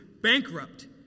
bankrupt